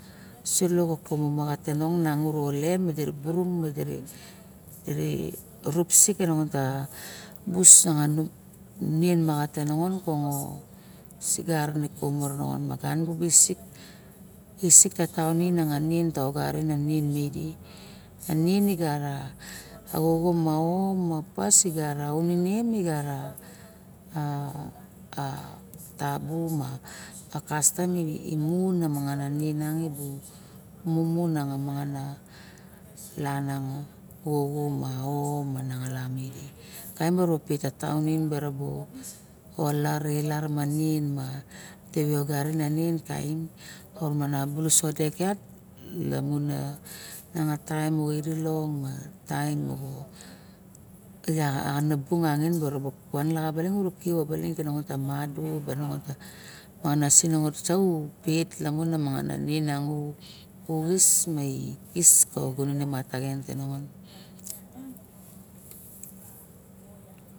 Sulo ka kumu maxat ke nong nanag mi di ru burung me du burung me rurup sunung busa nien maxat bongo sigar e bunge nongon i visik ka taon o nien midi a nien igara ko xoxo ma pas igara unene mi gara pas a tagu ma kastam ma imu a na manganana nenia imu mumu mangana langa a xoxo ma to nanganan a kaim u bara keve dek yat lamun miang a irilong a team i axana bung miribi kip obaling kava na madu mana siningot mataxin te na madu axis ka gunong kava na madu mana siningot mataxin te nongot